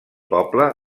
poble